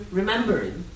remembering